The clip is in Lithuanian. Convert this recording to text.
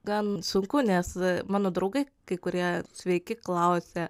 gan sunku nes mano draugai kai kurie sveiki klausia